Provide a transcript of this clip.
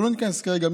ולא ניכנס כרגע,